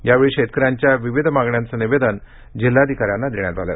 यावेळी शेतकऱ्यांच्या विविध मागण्याचे निवेदन जिल्हाधिकाऱ्यांना देण्यात आले